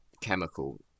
chemical